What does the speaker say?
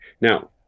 Now